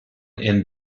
and